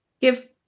give